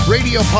Radio